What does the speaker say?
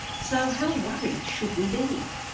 so how worried should we be?